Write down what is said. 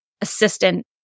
assistant